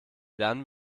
lernen